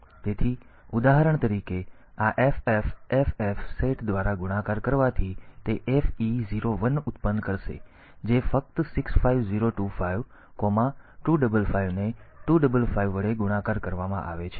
તેથી ઉદાહરણ તરીકે આ FF FF સેટ દ્વારા ગુણાકાર કરવાથી તે FE01 ઉત્પન્ન કરશે જે ફક્ત 65025 255 ને 255 વડે ગુણાકાર કરવામાં આવે છે